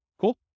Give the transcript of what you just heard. Cool